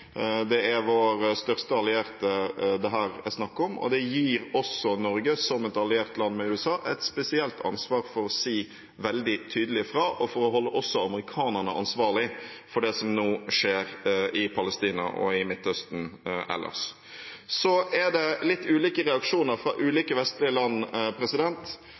Det er vår største allierte det her er snakk om, og det gir også Norge, som et alliert land med USA, et spesielt ansvar for å si veldig tydelig fra, og for å holde også amerikanerne ansvarlig for det som nå skjer i Palestina og i Midtøsten ellers. Så er det litt ulike reaksjoner fra ulike vestlige land.